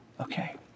Okay